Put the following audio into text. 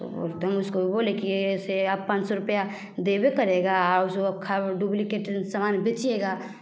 तो तो हम उसको बोले कि ऐसे आप पाँच सौ रुपये देबे करेगा और उस अक्खा डूब्लिकेट सामान बेचिइगा